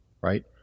right